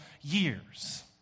years